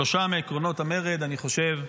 שלושה מעקרונות המרד, אני חושב,